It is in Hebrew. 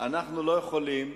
אנחנו לא יכולים,